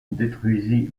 détruisit